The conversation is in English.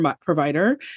provider